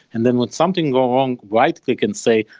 and then when something go wrong, right? they can say,